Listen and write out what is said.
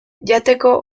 jateko